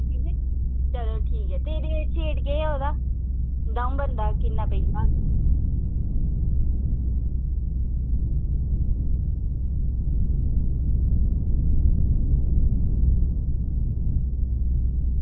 चलो ठीक ऐ ते रेट शेट केह् ऐ ओह्दा दं'ऊ बंदें दा किन्ना पेई जाना